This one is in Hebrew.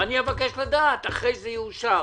אני מבקש לדעת אחרי שזה יאושר.